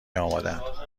آمادهاند